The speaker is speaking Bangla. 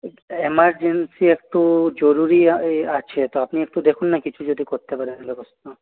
এমারজেন্সি একটু জরুরি আ আছে তো আপনি একটু দেখুন না কিছু যদি করতে পারেন ব্যবস্থা